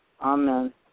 Amen